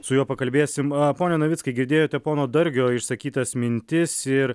su juo pakalbėsim pone navickai girdėjote pono dargio išsakytas mintis ir